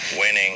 winning